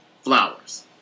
Flowers